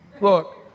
Look